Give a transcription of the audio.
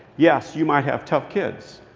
yes, you might have tough kids.